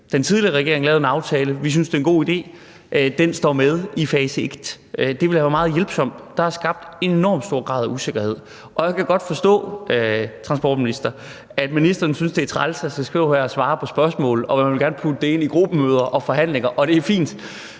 Den tidligere regering lavede en aftale. Vi synes, det er en god idé. Den står i fase 1. Det ville have været meget hjælpsomt. Der er skabt en enormt stor grad af usikkerhed, og jeg kan godt forstå, transportminister, at ministeren synes, det er træls at skulle stå her og svare på spørgsmål, og at man vil gerne putte det ind i gruppemøder og forhandlinger, og det er fint.